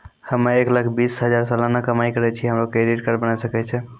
हम्मय एक लाख बीस हजार सलाना कमाई करे छियै, हमरो क्रेडिट कार्ड बने सकय छै?